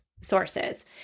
sources